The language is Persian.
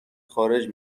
خارج